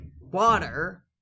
water